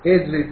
એ જ રીતે